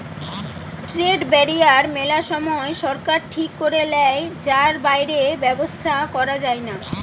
trade barrier মেলা সময় সরকার ঠিক করে লেয় যার বাইরে ব্যবসা করা যায়না